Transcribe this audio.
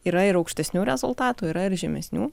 yra ir aukštesnių rezultatų yra ir žemesnių